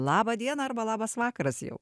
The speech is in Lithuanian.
laba diena arba labas vakaras jau